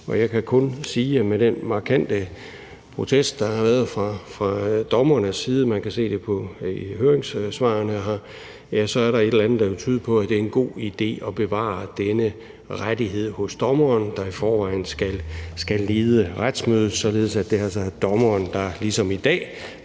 Jeg kan kun sige, at med den markante protest, der har været fra dommernes side, som man kan se i høringssvarene, så er der et eller andet, der kunne tyde på, at det er en god idé at bevare denne rettighed hos dommeren, der i forvejen skal lede retsmødet, således at det altså er dommeren, der ligesom i dag